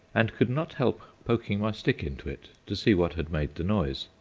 and could not help poking my stick into it to see what had made the noise.